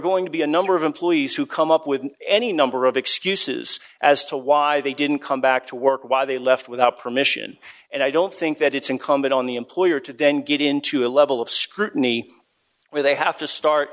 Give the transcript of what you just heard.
going to be a number of employees who come up with any number of excuses as to why they didn't come back to work why they left without permission and i don't think that it's incumbent on the employer to then get into a level of scrutiny where they have to start